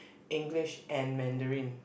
English and Mandarin